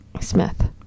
Smith